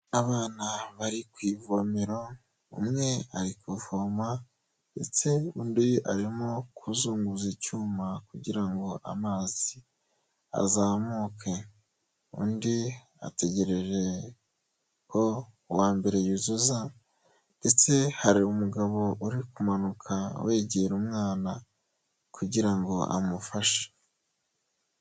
Abana bari ku ivomero, umwe ari kuvoma ndetse undi arimo kuzunguza icyuma kugira ngo amazi azamuke. Undi ategereje ko uwa mbere yuzuza ndetse hari umugabo uri kumanuka yegera umwana, kugira ngo amufashe.